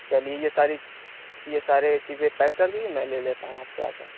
چلیے یہ ساری یہ ساری چیزیں پیک کر دیجیے میں لے لیتا ہوں آپ سے آ کر